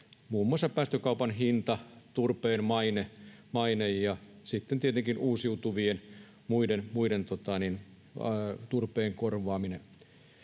muun muassa päästökaupan hinta, turpeen maine ja tietenkin muilla uusiutuvilla turpeen korvaaminen.